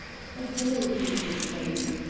a glow came to his face.